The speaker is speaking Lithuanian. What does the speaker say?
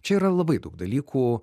čia yra labai daug dalykų